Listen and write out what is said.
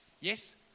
Yes